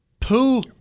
poo